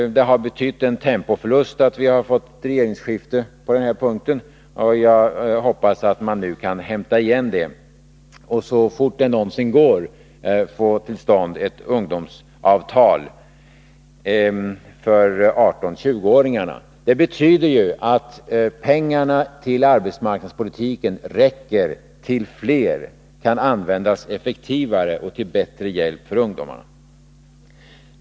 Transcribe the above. På den här punkten har regeringsskiftet inneburit en tempoförlust. Jag hoppas att det emellertid går att ta igen vad man förlorat. Det vore bra om man så fort det någonsin är möjligt kunde få till stånd ett ungdomsavtal för 18-20-åringarna. Det betyder att de pengar som avsatts för arbetsmarknadspolitiken räcker till fler, kan användas effektivare och kan vara till större hjälp för ungdomarna.